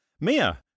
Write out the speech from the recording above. Mia